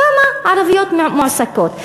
כמה ערביות מועסקות,